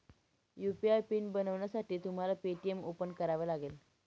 UPI pin बनवण्यासाठी तुम्हाला Paytm open करावा लागेल